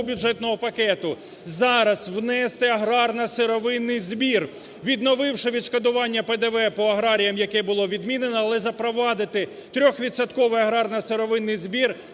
бюджетного пакету зараз внести аграрно-сировинний збір, відновивши відшкодування ПДВ по аграріям, яке було відмінено, але запровадити трьохвідсотковий аграрно-сировинний збір